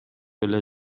эле